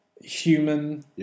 human